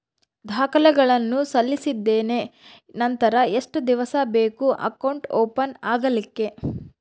ದಾಖಲೆಗಳನ್ನು ಸಲ್ಲಿಸಿದ್ದೇನೆ ನಂತರ ಎಷ್ಟು ದಿವಸ ಬೇಕು ಅಕೌಂಟ್ ಓಪನ್ ಆಗಲಿಕ್ಕೆ?